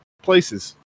places